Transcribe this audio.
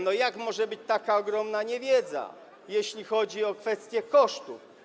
No, jak może być taka ogromna niewiedza, jeśli chodzi o kwestie kosztów?